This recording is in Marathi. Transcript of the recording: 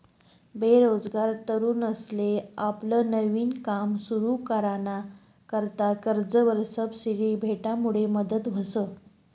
बेरोजगार तरुनसले आपलं नवीन काम सुरु कराना करता कर्जवर सबसिडी भेटामुडे मदत व्हस